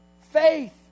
Faith